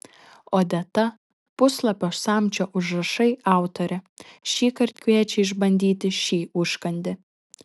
odeta puslapio samčio užrašai autorė šįkart kviečia išbandyti šį užkandį